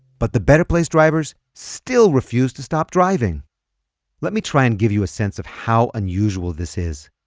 but the better place drivers still refused to stop driving let me try and give you a sense of how unusual this is.